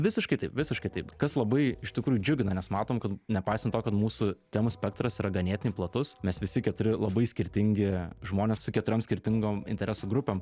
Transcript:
visiškai visiškai taip kas labai iš tikrųjų džiugina nes matom kad nepaisant to kad mūsų temų spektras yra ganėtinai platus mes visi keturi labai skirtingi žmonės su keturiom skirtingom interesų grupėm